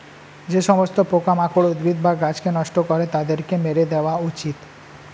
যে সমস্ত পোকামাকড় উদ্ভিদ বা গাছকে নষ্ট করে তাদেরকে মেরে দেওয়া উচিত